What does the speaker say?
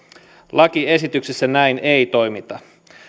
lakiesityksessä näin ei toimita